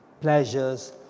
pleasures